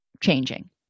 changing